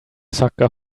sucker